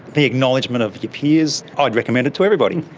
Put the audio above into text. the acknowledgement of your peers, i'd recommend it to everybody.